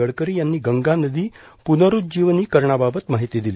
गडकरी यांनी गंगा नदी पुनरूज्जीवनीकरणाबाबत माहिती दिली